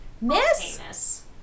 Miss